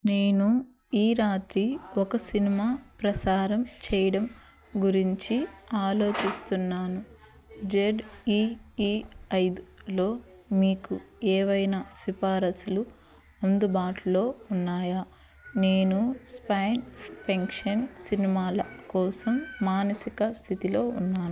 నేను ఈ రాత్రి ఒక సినిమా ప్రసారం చేయడం గురించి ఆలోచిస్తున్నాను జెడ్ ఈ ఈ ఐదులో మీకు ఏవైనా సిఫారస్లు అందుబాటులో ఉన్నాయా నేను సైన్స్ ఫిక్షన్ సినిమాల కోసం మానసిక స్థితిలో ఉన్నాను